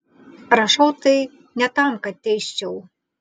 rašau tai ne tam kad teisčiau